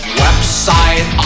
website